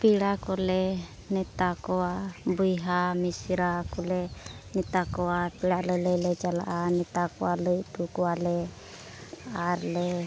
ᱯᱮᱲᱟ ᱠᱚᱞᱮ ᱱᱮᱶᱛᱟ ᱠᱚᱣᱟ ᱵᱚᱭᱦᱟ ᱢᱤᱥᱨᱟ ᱠᱚᱞᱮ ᱱᱮᱶᱛᱟ ᱠᱚᱣᱟ ᱯᱮᱲᱟ ᱞᱟᱹᱞᱟᱹᱭ ᱞᱮ ᱪᱟᱞᱟᱜᱼᱟ ᱱᱮᱶᱛᱟ ᱠᱚᱣᱟ ᱞᱟᱹᱭ ᱦᱚᱴᱚ ᱠᱚᱣᱟᱞᱮ ᱟᱨ ᱞᱮ